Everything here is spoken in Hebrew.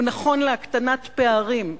הוא נכון להקטנת פערים.